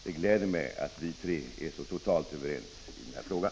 Det gläder mig att vi tre är så totalt överens i den här frågan.